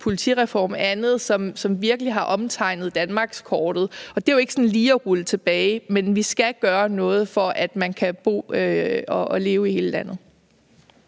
politireform og andet, som virkelig har omtegnet danmarkskortet, og det er jo ikke sådan lige at rulle tilbage. Men vi skal gøre noget, for at man kan bo og leve i hele landet.